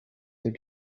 the